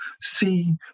see